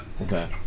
Okay